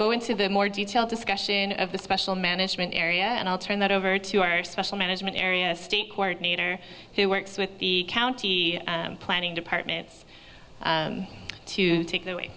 go into the more detailed discussion of the special management area and i'll turn that over to our special management area state court meter who works with the county planning departments to take the way